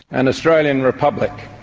an australian republic.